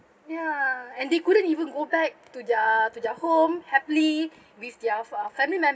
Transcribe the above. ya and they couldn't even go back to their to their home happily with their f~ family members